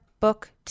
Book